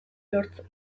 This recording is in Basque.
lortzen